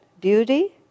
beauty